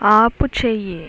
ఆపుచేయి